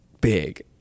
big